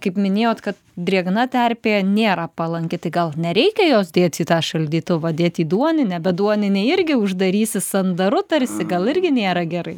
kaip minėjot kad drėgna terpė nėra palanki tai gal nereikia jos dėti į tą šaldytuvą dėti į duoninę bet duoninė irgi uždarysi sandaru tarsi gal irgi nėra gerai